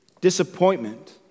disappointment